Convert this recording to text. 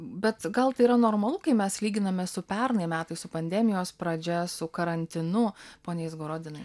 bet gal tai yra normalu kai mes lyginame su pernai metais su pandemijos pradžia su karantinu poe izgorodinai